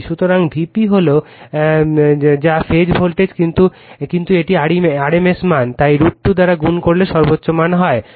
সুতরাং Vp হল কি কল যা ফেজ ভোল্টেজ কিন্তু এটি rms মান তাই √ 2 দ্বারা গুন করলে সর্বোচ্চ মান হয়